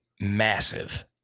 massive